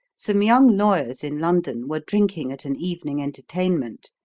some young lawyers in london were drinking at an evening entertainment,